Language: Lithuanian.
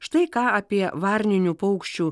štai ką apie varninių paukščių